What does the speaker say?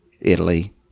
Italy